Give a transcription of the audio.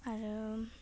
आरो